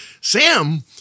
Sam